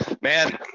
Man